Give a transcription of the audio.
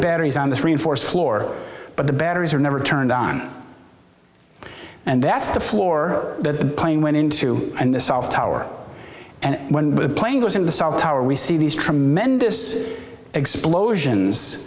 batteries on this reinforced floor but the batteries are never turned on and that's the floor that the plane went into and the south tower and when the plane goes in the south tower we see these tremendous explosions